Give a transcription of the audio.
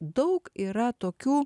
daug yra tokių